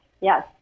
yes